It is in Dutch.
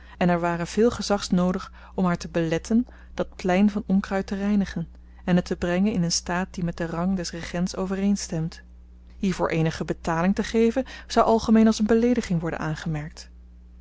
en er ware veel gezags noodig om haar te beletten dat plein van onkruid te reinigen en het te brengen in een staat die met den rang des regents overeenstemt hiervoor eenige betaling te geven zou algemeen als een beleediging worden aangemerkt